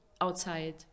outside